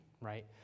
right